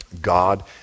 God